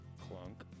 Clunk